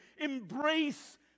Embrace